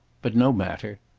but no matter.